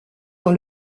dans